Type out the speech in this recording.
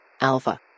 Alpha